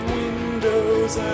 windows